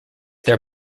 their